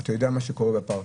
אתה יודע מה שקורה בפארקים,